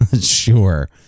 sure